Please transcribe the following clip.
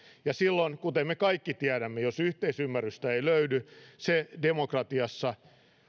ja silloin kuten me kaikki tiedämme jos yhteisymmärrystä ei löydy se demokratiassa